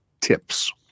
TIPS